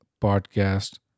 Podcast